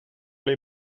les